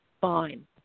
Fine